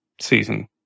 season